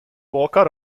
boca